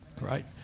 Right